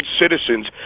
citizens